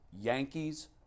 Yankees